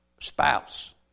Spouse